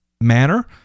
manner